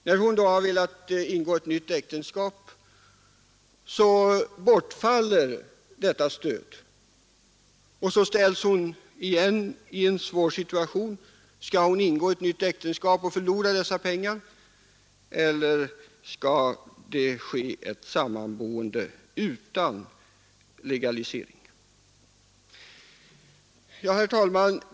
Om hon har velat ingå ett nytt äktenskap, bortfaller detta stöd, och då ställs hon igen i en svår situation: Skall hon på nytt gifta sig och förlora dessa pengar, eller skall det bli fråga om ett samboende utan legalisering? Herr talman!